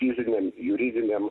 fiziniam juridiniam